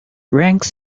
ranks